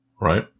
right